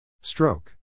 Stroke